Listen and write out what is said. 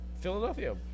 Philadelphia